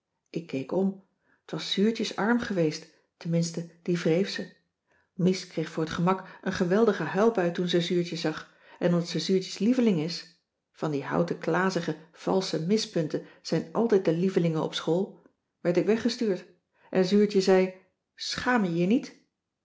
ik keek om t was zuurtjes arm geweest tenminste dien wreef ze mies kreeg voor t gemak een geweldige huilbui toen ze zuurtje zag en omdat ze zuurtje's lieveling is van die houten klazige valsche mispunten zijn altijd de lievelingen op school werd ik weggestuurd en zuurtje zei schaam jij je niet